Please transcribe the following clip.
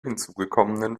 hinzugekommenen